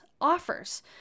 offers